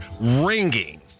ringing